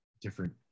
different